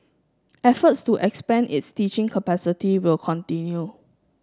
efforts to expand its teaching capacity will continue